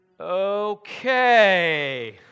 okay